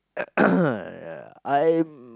ya I'm